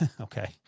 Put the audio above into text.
Okay